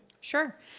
Sure